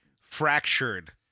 fractured